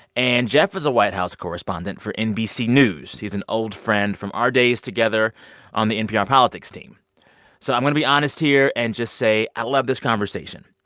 and geoff is a white house correspondent for nbc news. he's an old friend from our days together on the npr politics team so i'm going to be honest here and just say i love this conversation,